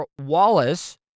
Wallace